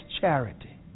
charity